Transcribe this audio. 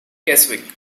keswick